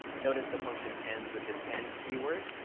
notice the function ends with this end keyword,